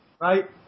right